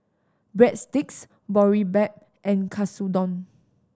Breadsticks Boribap and Katsudon